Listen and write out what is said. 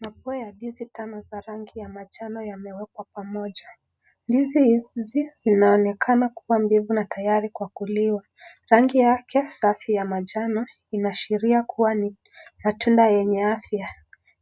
Mapua ya ndizi kama za rangi ya manjano yamewekwa pamoja. Ndizi hizi zinaonekana kuwa mbivu na tayari kwa kuliwa. Rangi yake safi ya manjano inaashiria kuwa ni matunda yenye afya.